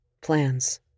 plans